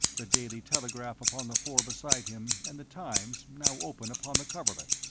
the daily telegraph upon the floor beside him and the times now open upon the coverlet.